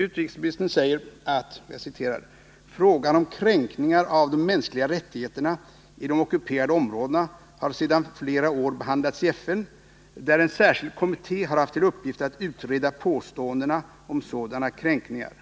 Utrikesministern säger: ”Frågan om kränkningar av de mänskliga rättigheterna i de ockuperade områdena har sedan flera år behandlats i FN, där en särskild kommitté har haft till uppgift att utreda påståendena om sådana kränkningar.”